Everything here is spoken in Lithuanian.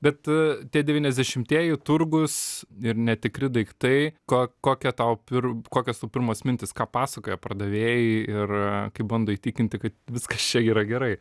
bet tie devyniasdešimtieji turgus ir netikri daiktai ko kokia tau pir kokios tau pirmos mintys ką pasakoja pardavėjai ir kaip bando įtikinti kad viskas čia yra gerai